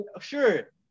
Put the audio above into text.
sure